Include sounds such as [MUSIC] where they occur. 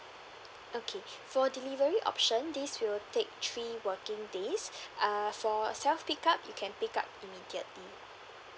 okay for delivery option this will take three working days [BREATH] err for self pick up you can pick up immediately